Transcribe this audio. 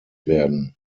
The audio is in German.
werden